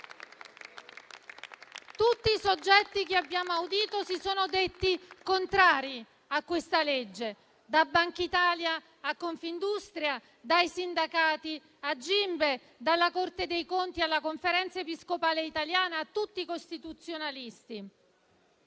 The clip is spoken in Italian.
Tutti i soggetti che abbiamo audito si sono detti contrari a questo disegno di legge, da Bankitalia a Confindustria, dai sindacati alla fondazione Gimbe, dalla Corte dei conti alla Conferenza episcopale italiana e a tutti costituzionalisti.